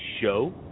show